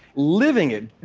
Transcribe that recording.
living it.